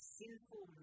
sinful